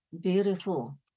beautiful